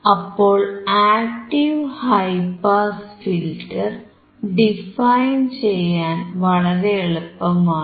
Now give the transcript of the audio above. അപ്പോൾ active high pass filter define ചെയ്യാൻ വളരെ എളുപ്പമാണ്